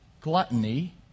gluttony